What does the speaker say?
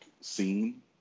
scene